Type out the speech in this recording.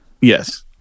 Yes